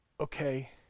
okay